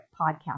podcast